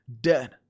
Dead